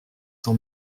san